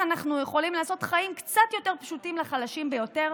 אנחנו יכולים לעשות חיים קצת יותר פשוטים לחלשים ביותר,